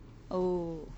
oh